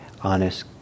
honest